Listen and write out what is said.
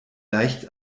leicht